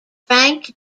frank